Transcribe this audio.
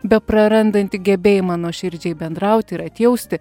beprarandanti gebėjimą nuoširdžiai bendrauti ir atjausti